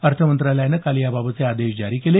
अर्थमंत्रालयानं काल याबाबतचे आदेश जारी केले